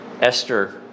Esther